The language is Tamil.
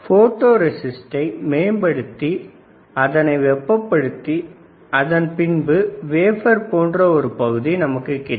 போட்டோ ரெஸிஸ்டை மேம்படுத்தி அதனை வெப்பப்படுத்திய பின் வேபர் போன்ற ஒரு பகுதி நமக்கு கிடைக்கும்